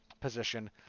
position